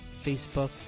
Facebook